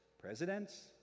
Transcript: presidents